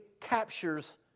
captures